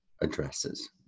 addresses